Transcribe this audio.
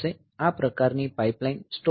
આ પ્રકાર ની પાઇપલાઇન સ્ટોલ થશે